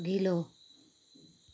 अघिल्लो